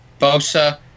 Bosa